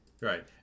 Right